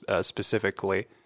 specifically